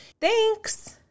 Thanks